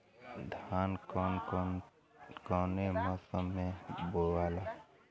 धान कौने मौसम मे बोआला?